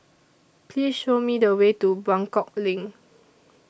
Please Show Me The Way to Buangkok LINK